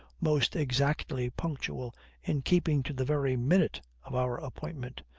most exactly punctual in keeping to the very minute of our appointment.